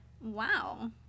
Wow